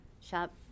shop